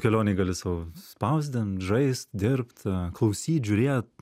kelionėj gali sau spausdint žaist dirbt klausyt žiūrėt